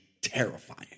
terrifying